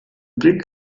blick